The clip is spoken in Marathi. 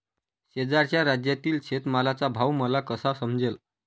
शेजारच्या राज्यातील शेतमालाचा भाव मला कसा समजेल?